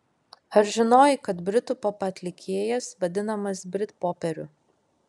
ar žinojai kad britų popatlikėjas vadinamas britpoperiu